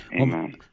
Amen